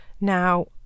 Now